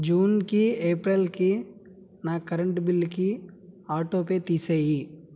జూన్కి ఏప్రిల్కి నా కరెంటు బిల్లుకి ఆటోపే తీసేయి